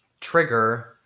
trigger